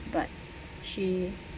but she